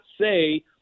say